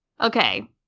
okay